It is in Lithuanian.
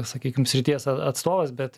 sakykim srities atstovas bet